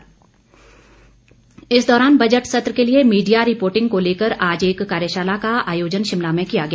प्रशिक्षण इस दौरान बजट सत्र के लिए मीडिया रिपोर्टिंग को लेकर आज एक कार्यशाला का आयोजन शिमला में किया गया